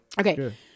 Okay